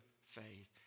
faith